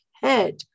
head